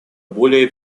более